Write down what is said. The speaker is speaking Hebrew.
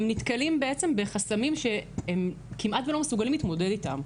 הם נתקלים בחסמים שכמעט הם לא מסוגלים להתמודד איתם.